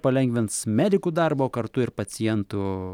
palengvins medikų darbą o kartu ir pacientų